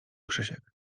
krzysiek